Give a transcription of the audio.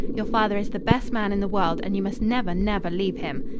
your father is the best man in the world, and you must never, never leave him.